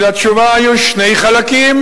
כי לתשובה היו שני חלקים.